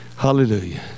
Hallelujah